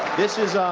this is